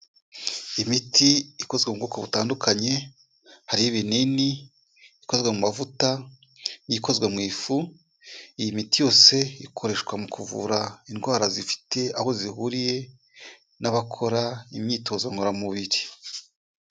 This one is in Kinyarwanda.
Imiti ikozwe mu bwoko butandukanye, hari iy'ibinini ikozwe mu mavuta, ikozwe mu ifu, iyi miti yose ikoreshwa mu kuvura indwara zifite aho zihuriye n'abakora imyitozo ngororamubiri.